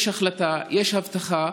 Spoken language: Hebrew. יש החלטה, יש הבטחה,